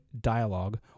dialogue